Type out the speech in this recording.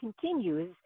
continues